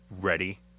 ready